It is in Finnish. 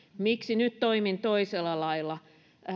miksi nyt toimin toisella lailla